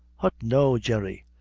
hut, no, jerry,